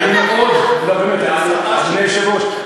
אדוני היושב-ראש,